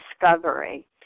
discovery